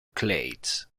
clades